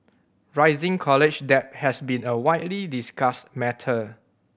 rising college debt has been a widely discussed matter